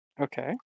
Okay